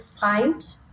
find